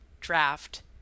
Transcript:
draft